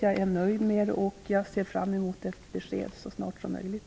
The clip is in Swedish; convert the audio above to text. Jag är nöjd med det, och jag ser fram emot att få ett besked så snart som möjligt.